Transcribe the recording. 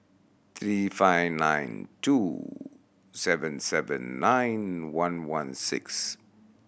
three five nine two seven seven nine one one six